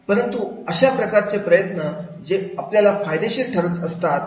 परंतु अशा प्रकारचे प्रयत्न जे आपल्याला फायदेशीर ठरत असतात